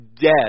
dead